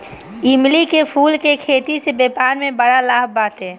चमेली के फूल के खेती से व्यापार में बड़ा लाभ बाटे